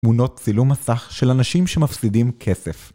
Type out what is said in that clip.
תמונות צילום מסך של אנשים שמפסידים כסף.